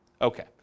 okay